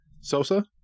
Sosa